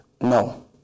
No